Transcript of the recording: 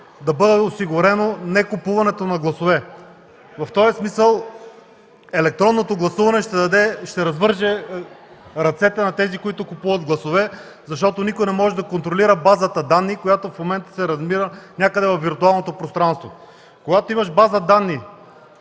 да бъде осигурено некупуването на гласове. В този смисъл електронното гласуване ще развърже ръцете на тези, които купуват гласове, защото никой не може да контролира базата данни, която в момента се намира някъде във виртуалното пространство. Когато имаш базата